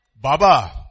Baba